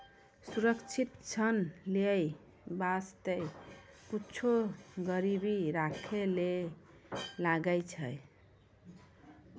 सुरक्षित ऋण लेय बासते कुछु गिरबी राखै ले लागै छै